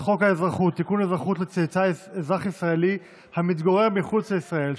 אזרח ישראלי המתגורר מחוץ לישראל),